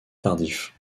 tardif